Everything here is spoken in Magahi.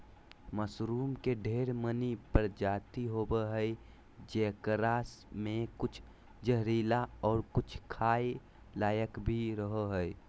मशरूम के ढेर मनी प्रजाति होवो हय जेकरा मे कुछ जहरीला और कुछ खाय लायक भी रहो हय